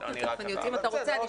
תיכף אני אוציא אם אתה רוצה.